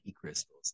crystals